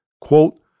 Quote